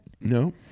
No